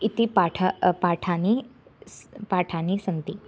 इति पाठाः पाठाः स् पाठाः सन्ति